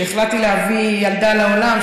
שהחלטתי להביא ילדה לעולם,